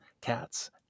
cats